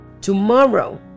Tomorrow